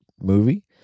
movie